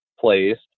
placed